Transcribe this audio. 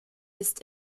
ist